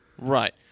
Right